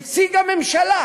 נציג הממשלה